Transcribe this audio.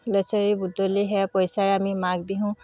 লেছেৰি বুটলি সেইয়া পইচাৰে আমি মাঘ বিহু